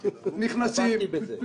נכנסים,